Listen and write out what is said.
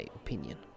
opinion